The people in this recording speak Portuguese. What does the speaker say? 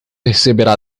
receberá